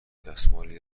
دستمالی